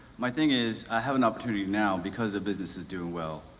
my thing is, i have an opportunity now because the business is doing well,